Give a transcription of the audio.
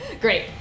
Great